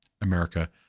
America